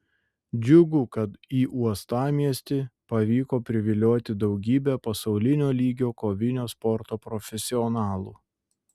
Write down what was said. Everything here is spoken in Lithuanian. džiugu kad į uostamiestį pavyko privilioti daugybę pasaulinio lygio kovinio sporto profesionalų